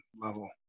level